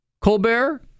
colbert